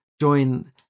Join